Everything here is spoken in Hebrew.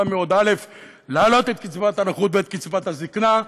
מאוד: להעלות את קצבת הנכות ואת קצבת הזקנה,